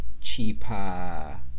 cheaper